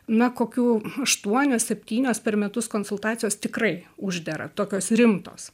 na kokių aštuonios septynios per metus konsultacijos tikrai uždera tokios rimtos